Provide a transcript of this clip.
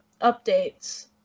updates